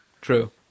true